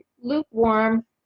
lukewarm